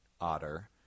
Otter